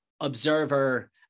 observer